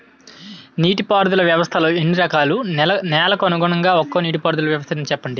నీటి పారుదల వ్యవస్థలు ఎన్ని రకాలు? నెలకు అనుగుణంగా ఒక్కో నీటిపారుదల వ్వస్థ నీ చెప్పండి?